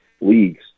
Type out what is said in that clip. leagues